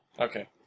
Okay